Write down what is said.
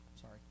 Sorry